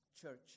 Church